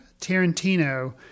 Tarantino